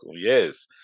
Yes